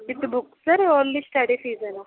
with books sir only study ఫీజేనా